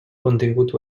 contingut